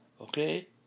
Okay